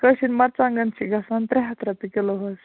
کٲشِر مَرژٕوانٛگَن چھِ گژھان ترٛےٚ ہَتھ رۄپیہِ کِلوٗ حظ